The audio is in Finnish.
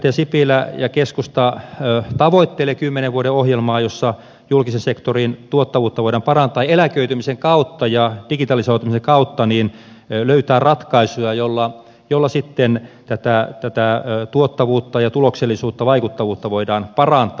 puheenjohtaja sipilä ja keskusta tavoittelevat kymmenen vuoden ohjelmaa jossa julkisen sektorin tuottavuutta voidaan parantaa eläköitymisen kautta ja digitalisoitumisen kautta voidaan löytää ratkaisuja joilla sitten tätä tuottavuutta ja tuloksellisuutta vaikuttavuutta voidaan parantaa